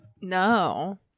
no